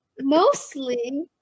Mostly